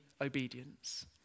obedience